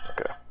Okay